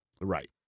Right